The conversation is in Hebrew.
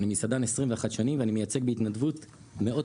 אני מסעדן 21 שנים ואני מייצג בהתנדבות מאות